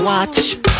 Watch